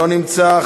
לא נמצא.